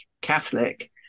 Catholic